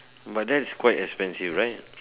but that's quite expensive right